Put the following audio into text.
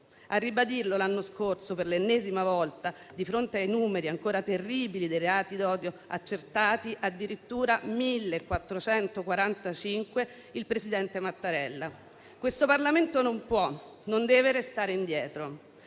A ribadirlo l'anno scorso per l'ennesima volta, di fronte ai numeri ancora terribili dei reati d'odio - accertati addirittura 1.445 - il presidente Mattarella. Questo Parlamento non può, non deve restare indietro: